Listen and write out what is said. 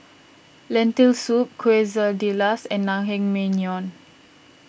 Lentil Soup Quesadillas and Naengmyeon